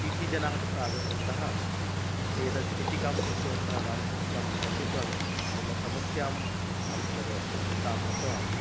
T C जनाः तत्र आगतवन्तः ते यदा चिटिकां पृष्टवन्तः अहं चिट्टिकां दर्शित्वान् मम समस्याम् अहं तत् ताम् उक्तवान्